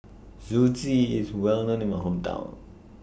Zosui IS Well known in My Hometown